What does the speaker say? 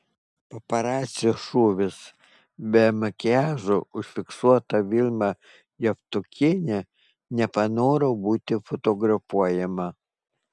paparacio šūvis be makiažo užfiksuota vilma javtokienė nepanoro būti fotografuojama